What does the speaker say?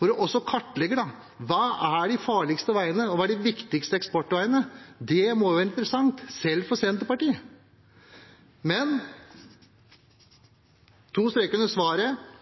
for å kartlegge: Hva er de farligste veiene, og hva er de viktigste eksportveiene? Det må da være interessant selv for Senterpartiet. Med to streker under svaret: